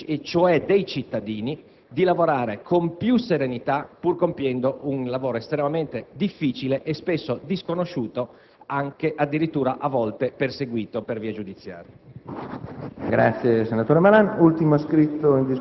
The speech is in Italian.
chi lavora per la sicurezza dello Stato (cioè dei cittadini) di operare con più serenità, pur svolgendo un compito estremamente difficile, spesso disconosciuto, e a volte addirittura perseguito per via giudiziaria.